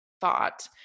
thought